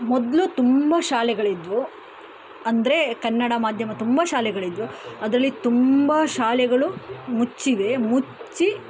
ಮೊದಲು ತುಂಬ ಶಾಲೆಗಳಿದ್ವು ಅಂದರೆ ಕನ್ನಡ ಮಾದ್ಯಮ ತುಂಬ ಶಾಲೆಗಳಿದ್ವು ಅದರಲ್ಲಿ ತುಂಬ ಶಾಲೆಗಳು ಮುಚ್ಚಿವೆ ಮುಚ್ಚಿ